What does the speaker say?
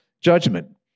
judgment